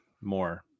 more